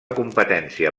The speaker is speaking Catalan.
competència